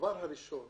הדבר הראשון